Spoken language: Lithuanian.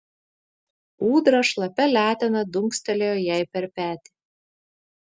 ūdra šlapia letena dunkstelėjo jai per petį